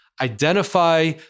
identify